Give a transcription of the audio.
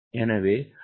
எனவே அது 0